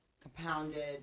compounded